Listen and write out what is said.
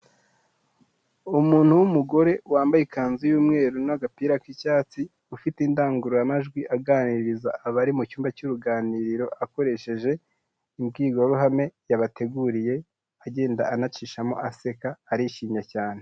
Umuntu w'umugore wambaye ikanzu y'umweru n'agapira k'icyatsi, ufite indangururamajwi aganiriza abari mu cyumba cy'uruganiriro, akoresheje imbwirwaruhame yabateguriye, agenda anacishamo aseka, arishimye cyane.